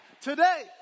today